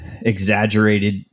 exaggerated